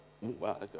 Wow